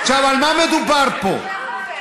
על מה מדובר פה?